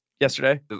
yesterday